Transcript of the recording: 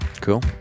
cool